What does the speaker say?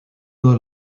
low